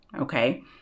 okay